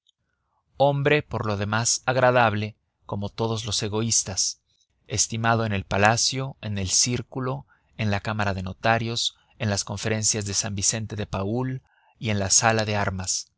hombre por lo demás agradable como todos los egoístas estimado en el palacio en el círculo en la cámara de notarios en las conferencias de san vicente de paúl y en la sala de armas